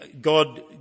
God